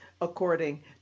according